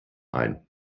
ein